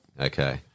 okay